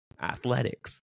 athletics